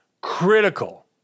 critical